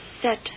Set